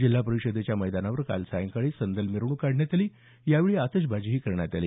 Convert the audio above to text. जिल्हा परिषदेच्या मैदानावर काल संध्याकाळी संदल मिरवणूक काढण्यात आली यावेळी आतषबाजी करण्यात आली